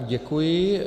Děkuji.